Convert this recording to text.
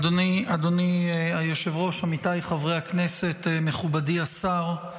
אדוני היושב-ראש, עמיתיי חברי הכנסת, מכובדי השר,